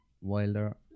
Wilder